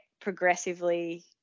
progressively